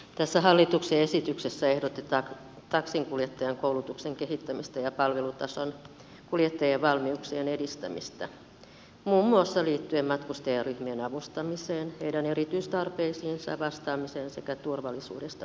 tässä hallituksen esityksessä ehdotetaan taksinkuljettajan koulutuksen kehittämistä ja kuljettajien palvelutason valmiuksien edistämistä muun muassa liittyen matkustajaryhmien avustamiseen heidän erityistarpeisiinsa vastaamiseen sekä turvallisuudesta huolehtimiseen